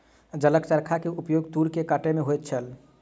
जलक चरखा के प्रयोग तूर के कटै में होइत छल